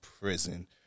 prison